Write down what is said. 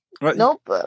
nope